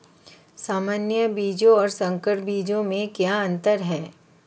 सामान्य बीजों और संकर बीजों में क्या अंतर है?